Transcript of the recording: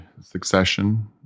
succession